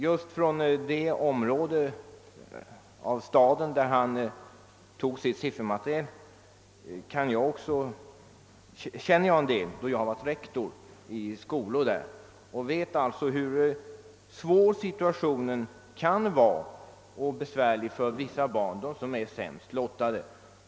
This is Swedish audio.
Jag känner ganska väl till den del av staden varifrån han hade tagit sitt siffermaterial, eftersom jag varit rektor vid vissa skolor där. Jag vet därför hur svår och besvärlig situationen kan vara för de barn som är sämst lottade.